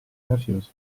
mafiosi